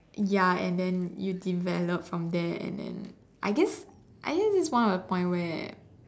ya and then you develop from there and then I guess I guess it's one of the point where